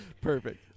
Perfect